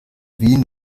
wien